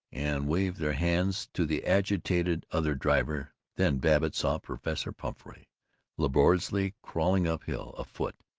and waved their hands to the agitated other driver. then babbitt saw professor pumphrey laboriously crawling up hill, afoot,